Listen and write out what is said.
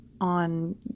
on